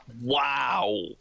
Wow